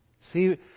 See